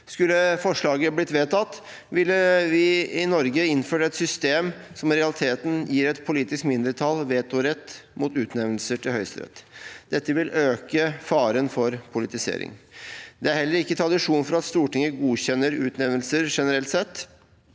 dette forslaget ha blitt vedtatt, ville vi i Norge ha innført et system som i realiteten gir et politisk mindretall vetorett mot utnevnelser til Høyesterett. Dette vil øke faren for politisering. Det er heller ikke tradisjon for at Stortinget godkjenner utnevnelser generelt sett.